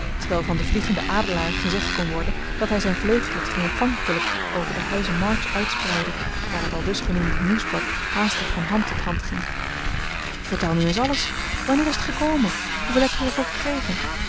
terwijl van de vliegende adelaar gezegd kon worden dat hij zijn vleugelen triomfantelijk over den huize march uitspreidde daar het aldus genoemde nieuwsblad haastig van hand tot hand ging vertel nu eens alles wanneer is het gekomen hoeveel heb j'er voor gekregen